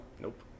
Nope